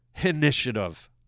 Initiative